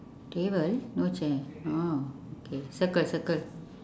table no chair orh okay circle circle